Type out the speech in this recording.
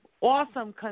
awesome